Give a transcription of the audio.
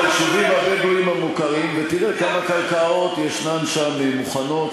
תעבור ביישובים הבדואיים המוכרים ותראה כמה קרקעות יש שם שהן מוכנות,